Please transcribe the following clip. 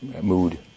mood